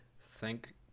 thank